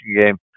game